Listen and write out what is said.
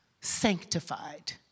sanctified